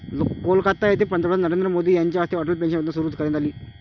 कोलकाता येथे पंतप्रधान नरेंद्र मोदी यांच्या हस्ते अटल पेन्शन योजना सुरू करण्यात आली